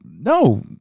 No